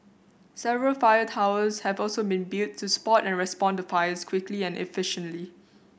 several fire towers have also been built to spot and respond to fires quickly and efficiently